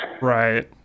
Right